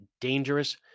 dangerous